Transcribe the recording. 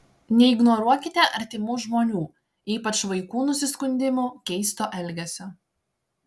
neignoruokite artimų žmonių ypač vaikų nusiskundimų keisto elgesio